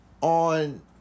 on